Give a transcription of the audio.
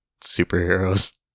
superheroes